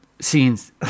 scenes